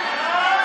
ההצעה